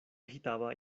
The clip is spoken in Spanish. agitaba